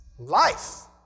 Life